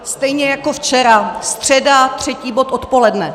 Stejně jako včera, středa třetí bod odpoledne.